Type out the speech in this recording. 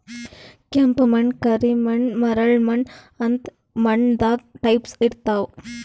ಕೆಂಪ್ ಮಣ್ಣ್, ಕರಿ ಮಣ್ಣ್, ಮರಳ್ ಮಣ್ಣ್ ಅಂತ್ ಮಣ್ಣ್ ದಾಗ್ ಟೈಪ್ಸ್ ಇರ್ತವ್